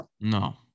No